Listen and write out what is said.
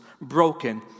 broken